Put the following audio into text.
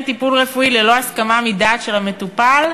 טיפול רפואי ללא הסכמה מדעת של המטופל,